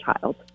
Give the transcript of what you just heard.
child